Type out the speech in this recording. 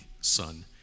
son